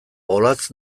olatz